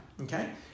Okay